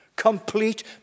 Complete